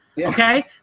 okay